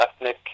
ethnic